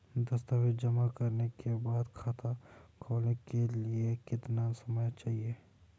दस्तावेज़ जमा करने के बाद खाता खोलने के लिए कितना समय चाहिए?